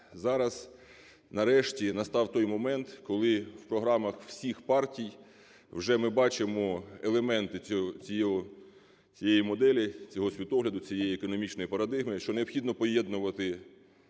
зараз, нарешті, настав той момент, коли в програмах всіх партій вже ми бачимо елементи цієї моделі, цього світогляду, цієї економічної парадигми, що необхідно поєднувати